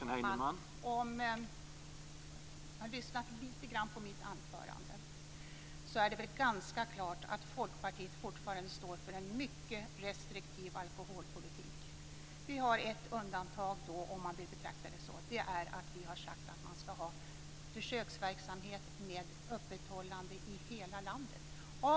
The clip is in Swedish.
Herr talman! Om Lars Gustafsson hade lyssnat lite grann på mitt anförande, hade det varit klart att Folkpartiet fortfarande står för en mycket restriktiv alkoholpolitik. Vi har ett undantag, nämligen att vi har sagt att det ska vara en försöksverksamhet med öppethållande i hela landet.